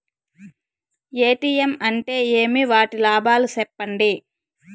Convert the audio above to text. ATM అంటే ఏమి? వాటి లాభాలు సెప్పండి?